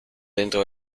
dentro